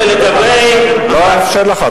ולגבי, לא אאפשר לך.